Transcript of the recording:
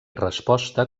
resposta